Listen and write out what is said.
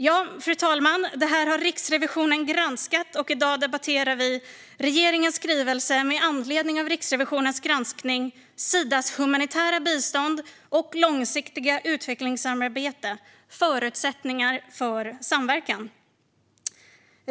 Ja, detta har Riksrevisionen granskat, och i dag debatterar vi regeringens skrivelse med anledning av Riksrevisionens granskning Sidas humanitära bistånd och lång siktiga utvecklingssamarbete - förutsättningar för samverkan .